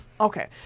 Okay